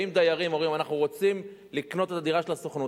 באים דיירים ואומרים: אנחנו רוצים לקנות את הדירה של הסוכנות,